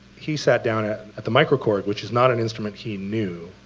he sat down at at the microkorg, which is not an instrument he knew,